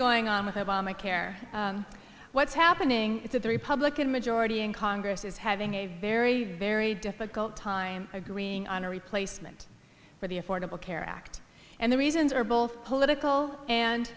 going on with obamacare what's happening is that the republican majority in congress is having a very very difficult time agreeing on a replacement for the affordable care act and the reasons are both political and